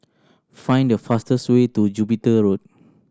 find the fastest way to Jupiter Road